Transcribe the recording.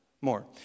more